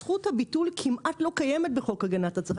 זכות הביטול כמעט לא קיימת בחוק הגנת הצרכן,